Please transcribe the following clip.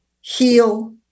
heal